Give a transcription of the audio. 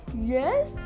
yes